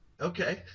Okay